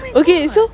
okay so